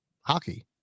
hockey